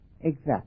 exact